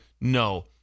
no